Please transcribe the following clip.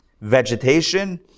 vegetation